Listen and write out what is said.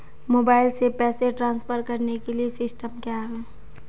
Mobile से पैसे transfer करने के लिए सिस्टम क्या है?